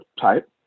type